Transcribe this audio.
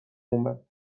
اومد